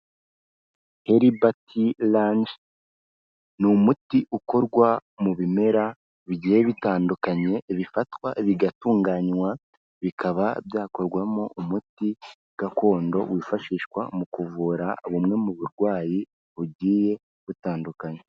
Herbal Tea Range ni umuti ukorwa mu bimera bigiye bitandukanye, bifatwa bigatunganywa, bikaba byakorwamo umuti gakondo wifashishwa mu kuvura bumwe mu burwayi bugiye butandukanye.